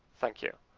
thank you.